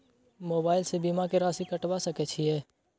Mobile से बीमा के राशि कटवा सके छिऐ?